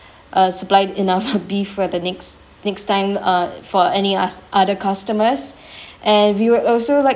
uh supply enough beef for the next next time uh for any oth~ other customers and we will also like